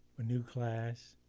a new class